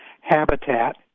habitat